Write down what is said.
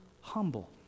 humble